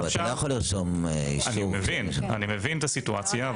אני מבין את הסיטואציה.